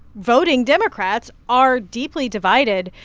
voting democrats are deeply divided.